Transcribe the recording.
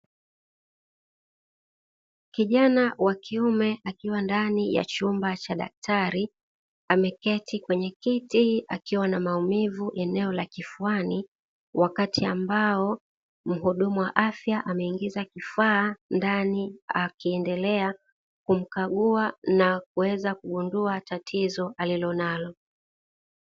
Kijana wa kiume akiwa ndani ya chumba cha daktari, ameketi kwenye kiti akiwa na maumivu eneo la kifuani, wakati ambao mhudumu wa afya ameingiza kifaa ndani akiendelea kumkagua na kuweza kugundua tatizo alilonalo.